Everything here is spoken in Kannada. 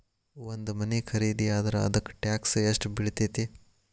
ಒಂದ್ ಮನಿ ಖರಿದಿಯಾದ್ರ ಅದಕ್ಕ ಟ್ಯಾಕ್ಸ್ ಯೆಷ್ಟ್ ಬಿಳ್ತೆತಿ?